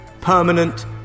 permanent